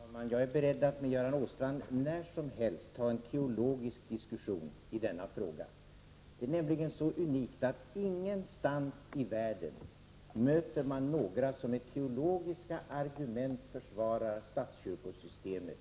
Herr talman! Jag är beredd att när som helst ta en teologisk diskussion med Göran Åstrand i den här frågan. Det är nämligen så unikt att man ingenstans i världen utom i detta vårt land möter någon som försvarar statskyrkosystemet.